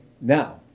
Now